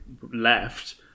left